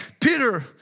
Peter